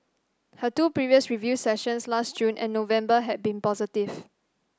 her two previous review sessions last June and November had been positive